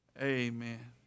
Amen